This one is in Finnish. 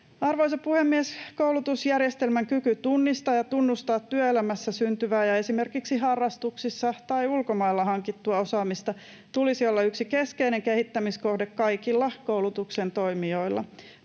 Arvoisa puhemies! Koulutusjärjestelmän kyky tunnistaa ja tunnustaa työelämässä syntyvää ja esimerkiksi harrastuksissa tai ulkomailla hankittua osaamista tulisi olla yksi keskeinen kehittämiskohde kaikilla koulutuksen toimijoilla.